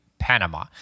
Panama